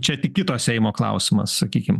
čia tik kito seimo klausimas sakykim